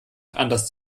anders